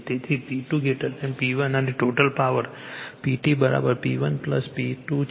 તેથી P2 P1 અને total power PT P1 P2 છે